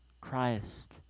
Christ